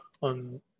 on